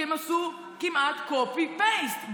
כי הם עשו כמעט copy paste,